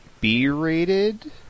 B-rated